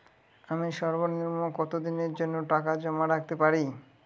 আমি সর্বনিম্ন কতদিনের জন্য টাকা জমা রাখতে পারি?